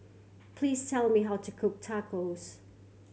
please tell me how to cook Tacos